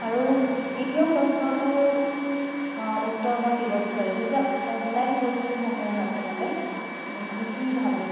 আৰু তৃতীয় প্ৰশ্নটোৰ উত্তৰ মই দিব বিচাৰিছো যে অনলাইন বস্তুসমূহ আচলতে আমি কি ভাবোঁ